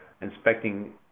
inspecting